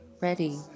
Ready